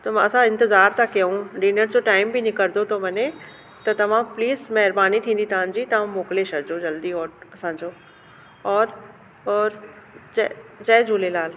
असां इंतज़ारु त कयूं डिनर जो टाइम बि निकिरंदो थो वञे त तव्हां प्लीज महिरबानी थींदी तव्हांजी तव्हां मोकिले छॾिजो जल्दी ऑ असांजो और और जय जय झूलेलाल